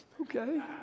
okay